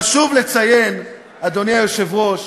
חשוב לציין, אדוני היושב-ראש,